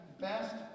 best